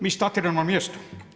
Mi statiramo na mjestu.